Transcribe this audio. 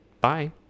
bye